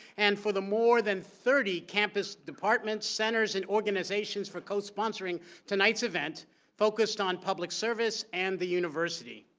and for the more than thirty campus departments, centers and organizations for co-sponsoring tonight's event focused on public service and the university.